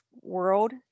world